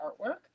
artwork